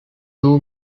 two